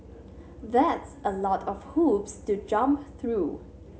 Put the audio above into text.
that's a lot of hoops to jump through